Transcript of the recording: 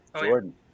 Jordan